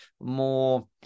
more